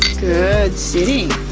good sitting.